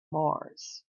mars